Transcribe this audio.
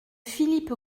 philippe